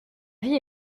vie